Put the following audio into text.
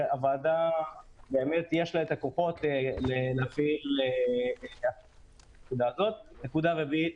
ולוועדה יש את --- להפעיל --- נקודה רביעית